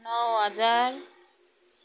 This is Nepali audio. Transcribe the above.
नौ हजार